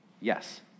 Yes